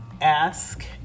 ask